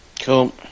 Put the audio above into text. cool